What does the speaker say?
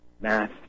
math